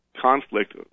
conflict